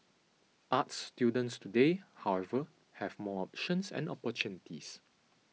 arts students today however have more options and opportunities